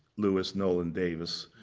louis nolan davis